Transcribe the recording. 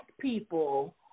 people